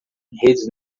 redes